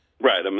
Right